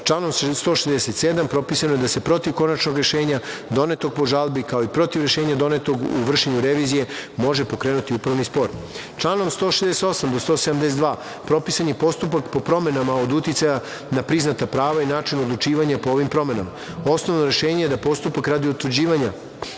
167. propisano je da se protiv konačnog rešenja donetog po žalbi, kao i protiv rešenja donetog u vršenju revizije može pokrenuti upravni spor. Članom 168. do 172. propisan je postupak po promenama od uticaja na priznata prava i način odlučivanja po ovim promenama. Osnovno rešenje je da postupak radi odlučivanja